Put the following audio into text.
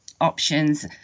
options